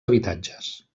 habitatges